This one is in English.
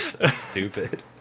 stupid